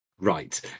Right